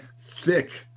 thick